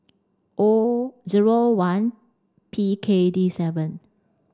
O zero one P K D seven